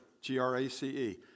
G-R-A-C-E